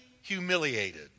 humiliated